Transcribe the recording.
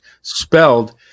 spelled